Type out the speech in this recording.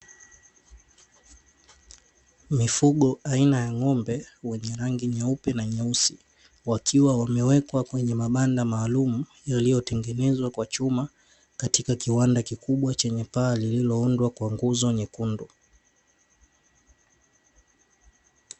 Mifugo aina ya ng'ombe wenye rangi nyeupe na nyeusi, wakiwa wamewekwa kwenye mabanda maalumu yaliyotengenezwa kwa chuma katika kiwanda kikubwa cha paa, kilichoundwa kwa nguzo nyekundu.